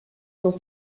dans